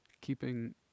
Keeping